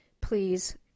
please